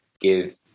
give